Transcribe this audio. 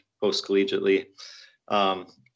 post-collegiately